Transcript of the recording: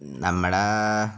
നമ്മളുടെ